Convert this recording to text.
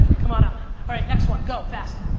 come on up. all right, next one, go fast.